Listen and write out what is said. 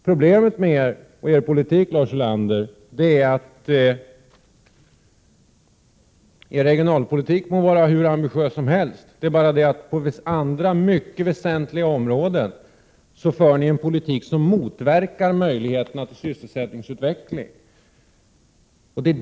Problemet med er och er politik, Lars Ulander, är att hur ambitiös er regionalpolitik än är så motverkar den på detta mycket väsentliga område möjligheten till sysselsättningsutveckling.